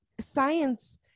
science